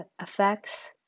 effects